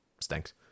stinks